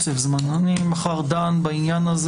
אלא מחר אני מקיים דיון.